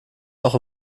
noch